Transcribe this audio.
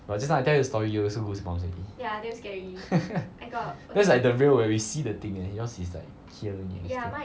but this time I tell you the story you also goosebumps hor that's like the real when we see the thing eh yours is like here only is it